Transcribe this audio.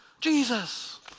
Jesus